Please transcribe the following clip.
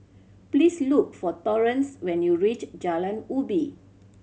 please look for Torrance when you reach Jalan Ubi